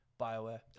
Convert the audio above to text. Bioware